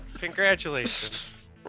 congratulations